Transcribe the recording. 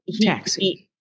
Taxi